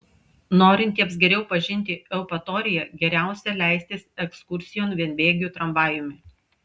norintiems geriau pažinti eupatoriją geriausia leistis ekskursijon vienbėgiu tramvajumi